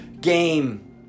game